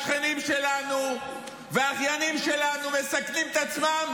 השכנים שלנו והאחיינים שלנו מסכנים את עצמם,